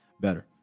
better